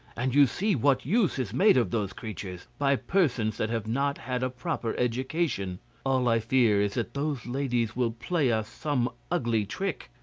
and you see what use is made of those creatures, by persons that have not had a proper education all i fear is that those ladies will play us some ugly trick.